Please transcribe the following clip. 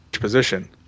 position